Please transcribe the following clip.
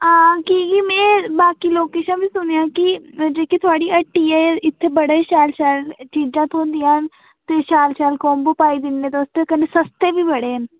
हां की के में बाकी लोकें शा बी सुनेआ कि जेह्की थुआढ़ी हट्टी ऐ इत्थै बड़ी शैल शैल चीजां थ्होंदियां न ते शैल शैल कोम्बो पाई दिन्ने तुस ते कन्नै सस्ते बी बड़े न